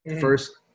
first